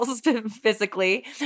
physically